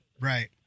Right